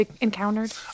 encountered